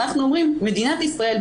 אנחנו אומרים שמדינת ישראל,